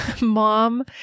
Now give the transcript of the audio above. Mom